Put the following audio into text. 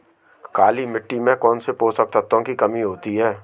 काली मिट्टी में कौनसे पोषक तत्वों की कमी होती है?